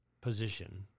position